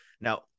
Now